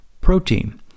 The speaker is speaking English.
protein